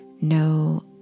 no